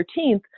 13th